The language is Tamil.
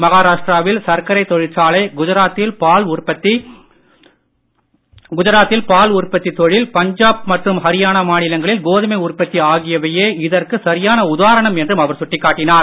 மகாராஷ்டிராவில் சர்க்கரை தொழிற்சாலை குஜராத்தில் பால் உற்பத்தி தொழில் பஞ்சாப் மற்றும் ஹரியானா மாநிலங்களில் கோதுமை உற்பத்தி ஆகியவையே இதற்கு சரியான உதாரணம் என்றும் அவர் சுட்டிக் காட்டினார்